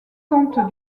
comte